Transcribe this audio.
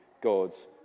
God's